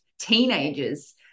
teenagers